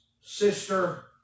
sister